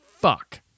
fuck